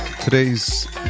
Today's